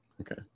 Okay